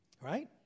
right